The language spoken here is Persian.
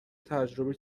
تجربه